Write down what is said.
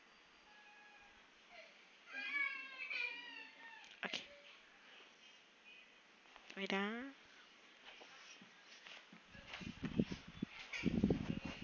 okay wait ah